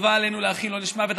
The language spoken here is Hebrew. חובה עלינו להחיל עונש מוות,